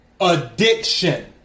addiction